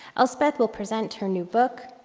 elspeth will present her new book,